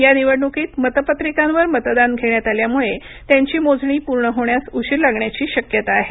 या निवडणुकीत मतपत्रिकांवर मतदान घेण्यात आल्यामुळे त्यांची मोजणी पूर्ण होण्यास उशीर लागण्याची शक्यता आहे